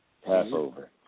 Passover